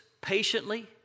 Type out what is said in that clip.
patiently